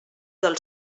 del